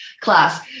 class